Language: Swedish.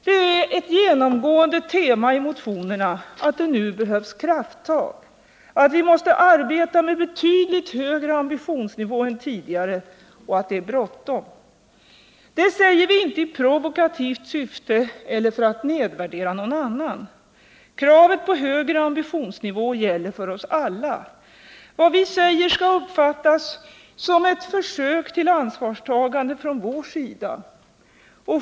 Det är ett genomgående tema i motionerna att det nu behövs krafttag, att vi måste 171 arbeta med betydligt högre ambitionsnivå än tidigare och att det är bråttom. Detta säger vi inte i provokativt syfte eller för att nedvärdera någon annan. Kravet på högre ambitionsnivå gäller för oss alla. Vad vi säger skall uppfattas som ett försök till ansvarstagande från vår sida.